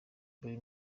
buri